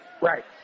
Right